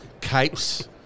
capes